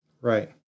Right